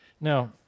Now